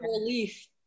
relief